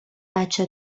بچه